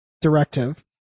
directive